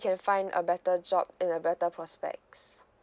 can find a better job in a better prospects